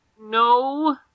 No